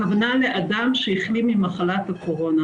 הכוונה לאדם שהחלים ממחלת הקורונה.